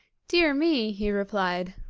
dear me he replied,